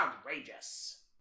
outrageous